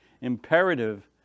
imperative